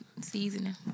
seasoning